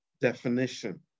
definition